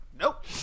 Nope